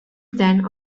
than